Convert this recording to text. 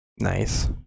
nice